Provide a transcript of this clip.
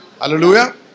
Hallelujah